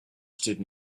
stood